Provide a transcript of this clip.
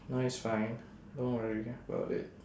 no it's fine don't worry about it